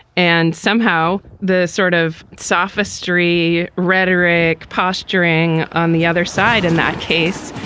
and somehow the sort of sophistry, rhetoric, posturing on the other side in that case.